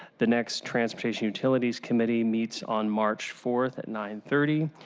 the next transportation utilities committee meets on march four at nine thirty.